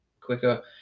quicker